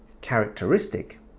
Characteristic